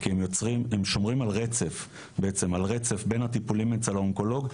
כי הם שומרים על רצף אחרי הטיפולים אצל האונקולוג,